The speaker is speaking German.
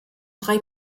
drei